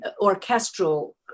orchestral